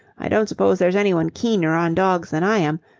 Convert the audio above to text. i don't suppose there's anyone keener on dogs than i am,